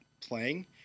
playing